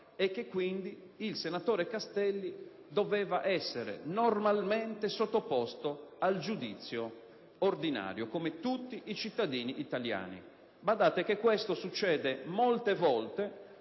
e che quindi il senatore Castelli doveva essere normalmente sottoposto al giudizio ordinario, come tutti i cittadini italiani. Peraltro, questo succede molte volte,